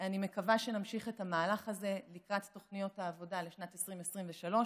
אני מקווה שנמשיך את המהלך הזה לקראת תוכניות העבודה לשנת 2023,